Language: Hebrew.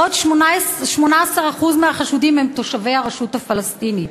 עוד 18% מהחשודים הם תושבי הרשות הפלסטינית.